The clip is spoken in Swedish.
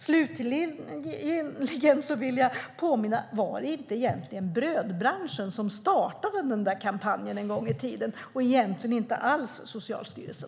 Slutligen vill jag fråga: Var det inte brödbranschen som startade den där kampanjen en gång i tiden och egentligen inte alls Socialstyrelsen?